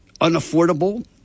unaffordable